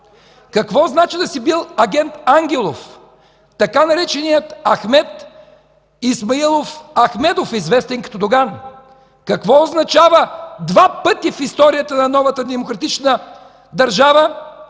Какво значи да си бил агент Ангелов, така нареченият Ахмед Исмаилов Ахмедов, известен като Доган? Какво означава два пъти в историята на новата демократична държава